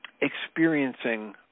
experiencing